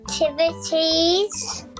activities